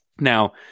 Now